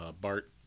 Bart